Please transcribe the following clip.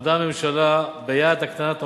עמדה הממשלה ביעד הקטנת העוני,